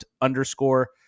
underscore